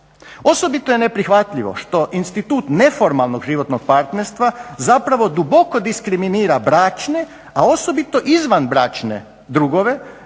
Osobito je neprihvatljivo što institut neformalnog životnog partnerstva zapravo duboko diskriminira bračne a osobito izvanbračne drugove